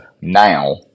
now